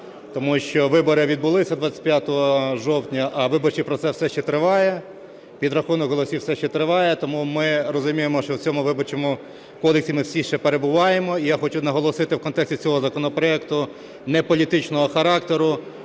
тому що вибори відбулися 25 жовтня, а виборчий процес все ще триває, підрахунок голосів все ще триває, тому ми розуміємо, що в цьому Виборчому кодексі ми всі ще перебуваємо. І я хочу наголосити у контексті цього законопроекту неполітичного характеру,